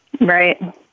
Right